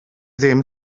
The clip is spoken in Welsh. ddim